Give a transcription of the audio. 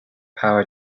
power